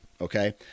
Okay